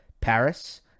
Paris